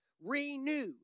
renew